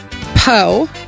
Poe